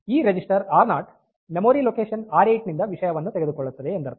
ಈ ರಿಜಿಸ್ಟರ್ 0 ಆರ್0 memory location R eight ನಿಂದ ವಿಷಯವನ್ನು ತೆಗೆದುಕೊಳ್ಳುತ್ತದೆ ಎಂದರ್ಥ